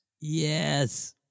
Yes